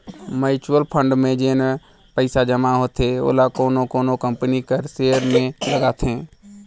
mutual fund में जेन पइसा जमा होथे ओला कोनो कोनो कंपनी कर सेयर में लगाथे